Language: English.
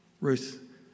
Ruth